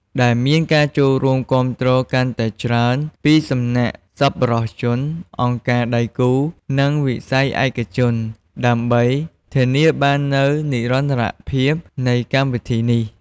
ដែលមានការចូលរួមគាំទ្រកាន់តែច្រើន ពីសំណាក់សប្បុរសជន អង្គការដៃគូ និងវិស័យឯកជន ដើម្បីធានាបាននូវនិរន្តរភាពនៃកម្មវិធីនេះ។